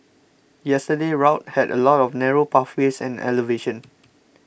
yesterday's route had a lot of narrow pathways and elevation